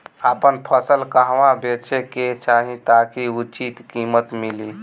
आपन फसल कहवा बेंचे के चाहीं ताकि उचित कीमत मिली?